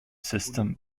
system